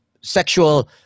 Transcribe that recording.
sexual